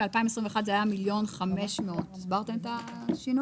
ב-2021 זה היה 1,500,000. הסברתם את השינוי?